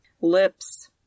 lips